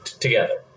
together